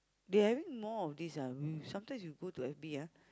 they're having more of these uh m~ sometimes you go to F_B ah